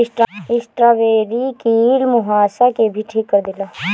strawberry कील मुंहासा के भी ठीक कर देला